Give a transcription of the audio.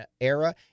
era